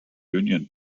union